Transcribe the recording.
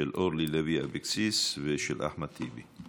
של אורלי לוי אבקסיס ושל אחמד טיבי.